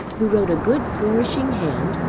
who wrote a good flourishing hand,